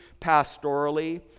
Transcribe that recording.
pastorally